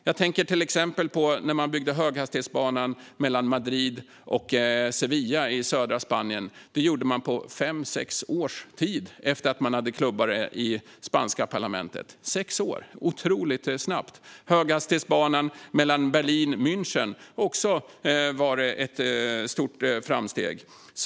Jag tänker till exempel på när man byggde höghastighetsbanan mellan Madrid och Sevilla i södra Spanien. Det gjorde man på fem sex års tid efter att man hade klubbat det i det spanska parlamentet. Sex år - otroligt snabbt! Höghastighetsbanan mellan Berlin och München har också varit ett stort framsteg.